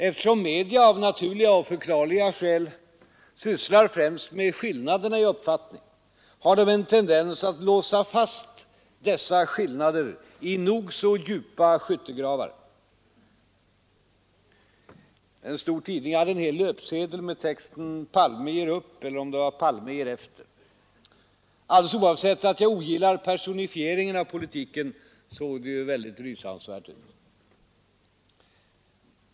Eftersom media av naturliga skäl sysslar främst med skillnaderna i uppfattning, har de en tendens att låsa fast dessa skillnader i nog så djupa skyttegravar. En stor tidning hade en hel löpsedel med texten ”Palme ger upp” eller om det var ”Palme ger efter”. Alldeles oavsett att jag ogillar personifieringen av politiken såg det ju väldigt rysansvärt ut.